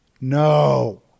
no